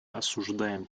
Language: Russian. осуждаем